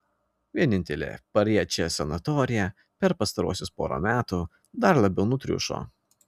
vienintelė pariečės sanatorija per pastaruosius porą metų dar labiau nutriušo